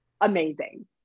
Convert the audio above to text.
amazing